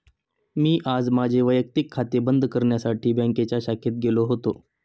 मी आज माझे वैयक्तिक खाते बंद करण्यासाठी बँकेच्या शाखेत गेलो होतो